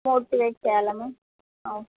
motivate చేయాలా ma'am okay